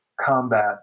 combat